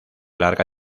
larga